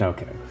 Okay